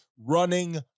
running